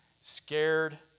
scared